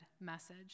message